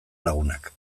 lagunak